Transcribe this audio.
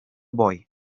boy